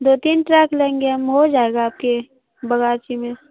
دو تین ٹرک لیں گے ہم ہو جائے گا آپ کے بگاچی میں